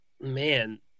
Man